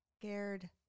scared